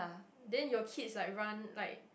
then your kids like run like